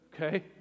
okay